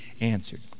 answered